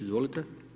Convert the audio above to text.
Izvolite.